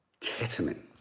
Ketamine